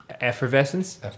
Effervescence